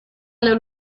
alla